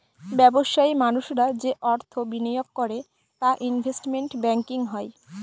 ব্যবসায়ী মানুষরা যে অর্থ বিনিয়োগ করে তা ইনভেস্টমেন্ট ব্যাঙ্কিং হয়